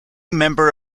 member